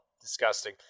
Disgusting